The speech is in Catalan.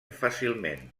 fàcilment